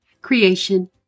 creation